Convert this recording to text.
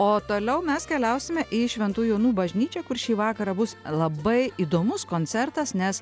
o toliau mes keliausime į šventų jonų bažnyčią kur šį vakarą bus labai įdomus koncertas nes